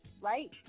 right